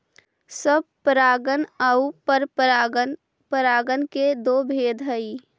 स्वपरागण आउ परपरागण परागण के दो भेद हइ